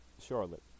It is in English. Charlotte